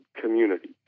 community